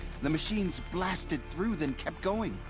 the machines blasted through, then kept going!